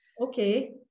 Okay